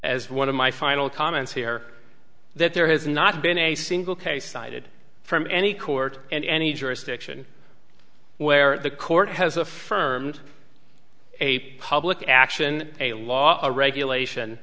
as one of my final comments here that there has not been a single case cited from any court and any jurisdiction where the court has affirmed a public action a law or regulation